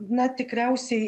na tikriausiai